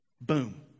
Boom